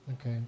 Okay